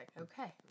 Okay